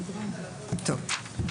טוב.